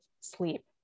sleep